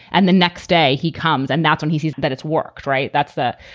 and the next day he comes and that's when he sees that it's worked. right. that's that.